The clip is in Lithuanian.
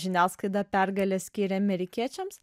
žiniasklaida pergalę skyrė amerikiečiams